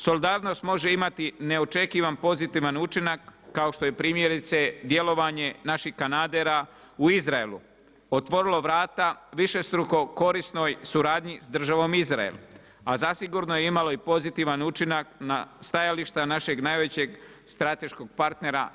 Solidarnost može imati neočekivan pozitivan učinak kao što je primjerice djelovanje naših kanadera u Izraelu otvorilo vrata višestruko korisnoj suradnji s državom Izrael, a zasigurno je imalo i pozitivan učinak na stajališta našeg najvećeg strateškog partnera